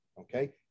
okay